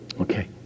Okay